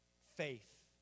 Faith